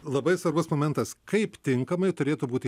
labai svarbus momentas kaip tinkamai turėtų būti